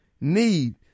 need